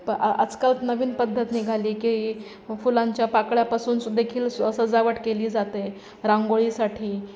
प आ आजकाल नवीन पद्धत निघाली की फुलांच्या पाकळ्यापासून सु देखील सजावट केली जाते रांगोळीसाठी